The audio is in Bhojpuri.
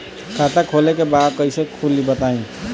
खाता खोले के बा कईसे खुली बताई?